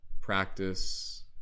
practice